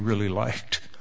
really liked